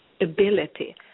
ability